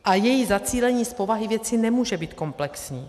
A její zacílení z povahy věci nemůže být komplexní.